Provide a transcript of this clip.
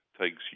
takes